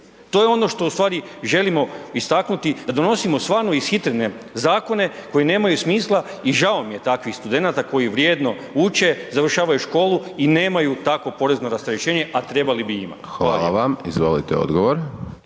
To je ono što ustvari želimo istaknuti, da donosimo stvarno ishitrene zakone koji nemaju smisla i žao mi je takvih studenata koji vrijedno uče, završavaju školu i nemaju takvo porezno rasterećenje, a trebali bi imati. Hvala lijepo.